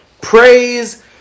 Praise